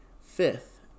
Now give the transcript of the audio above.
Fifth